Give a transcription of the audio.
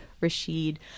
Rashid